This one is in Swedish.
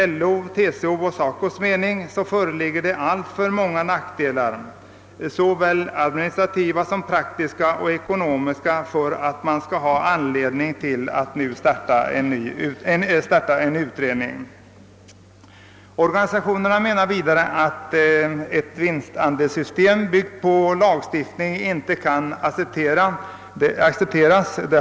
LO, TCO och SACO skriver att det finns alltför många såväl administrativa som praktiska och ekonomiska nackdelar med systemet för att anledning skall föreligga att nu starta en utredning. Vidare skriver man att ett vinstandelssystem byggt på lagstiftning inte kan accepteras.